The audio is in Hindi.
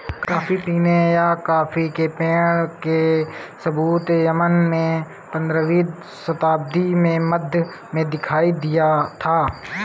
कॉफी पीने या कॉफी के पेड़ के सबूत यमन में पंद्रहवी शताब्दी के मध्य में दिखाई दिया था